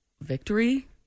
Victory